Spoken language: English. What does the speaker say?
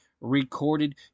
recorded